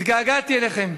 התגעגעתי אליכם,